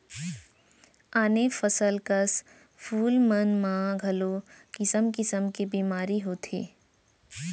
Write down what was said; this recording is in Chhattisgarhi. आने फसल कस फूल मन म घलौ किसम किसम के बेमारी होथे